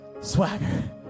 swagger